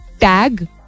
tag